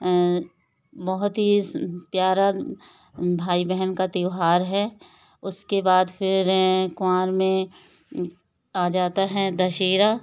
बहुत ही प्यारा भाई बहन का त्यौहार है उसके बाद फिर कुमार में आ जाता है दशहरा